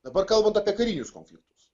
dabar kalbant apie karinius konfliktus